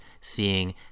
seeing